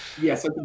yes